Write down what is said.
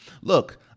Look